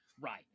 Right